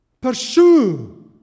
Pursue